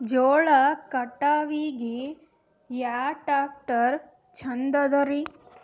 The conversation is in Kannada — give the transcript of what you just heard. ಜೋಳ ಕಟಾವಿಗಿ ಯಾ ಟ್ಯ್ರಾಕ್ಟರ ಛಂದದರಿ?